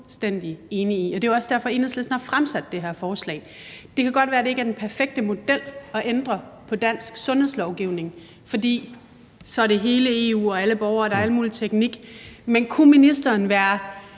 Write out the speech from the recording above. enig i. Og det er jo også derfor, at Enhedslisten har fremsat det her forslag. Det kan godt være, at det ikke er den perfekte model at ændre på den danske sundhedslovgivning, for så er det hele EU og alle borgere, og der er al mulig teknik. Men kunne ministeren være